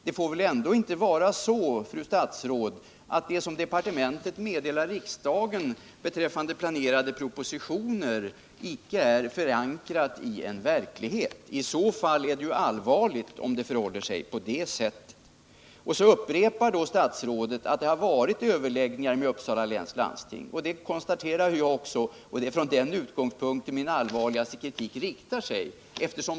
Det får väl ändå inte vara så, fru statsråd, att det som departementet meddelar riksdagen beträffande planerade propositioner icke är förankrat i verkligheten. Om det förhåller sig på det sättet är det ju allvarligt. Så upprepar då statsrådet att det varit överläggningar med representanter för Uppsala läns landsting. Det konstaterade jag också, och det var med den utgångspunkten som min allvarligaste kritik riktades.